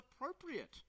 appropriate